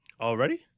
Already